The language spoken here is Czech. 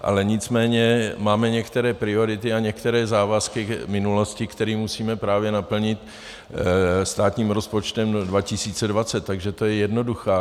Ale nicméně máme některé priority a některé závazky k minulosti, které musíme právě naplnit státním rozpočtem 2020, takže to je jednoduché.